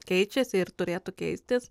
keičiasi ir turėtų keistis